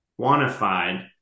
quantified